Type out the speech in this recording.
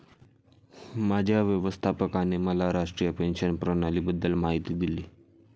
माझ्या व्यवस्थापकाने मला राष्ट्रीय पेन्शन प्रणालीबद्दल माहिती दिली